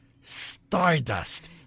Stardust